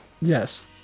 yes